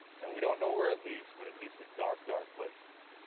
and we don't know where it leads, but it leads to dark dark places.